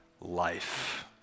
life